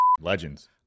legends